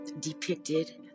depicted